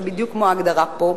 שזה בדיוק כמו ההגדרה פה?